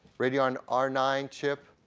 radeon r nine chip,